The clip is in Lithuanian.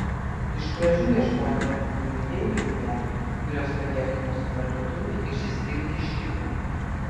iš pradžių ieškojome naujų idėjų ir prekių kurios padėtų mūsų parduotuvei išsiskirti iš kitų